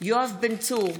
יואב בן צור,